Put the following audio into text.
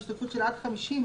בהשתתפות של עד 50 אנשים,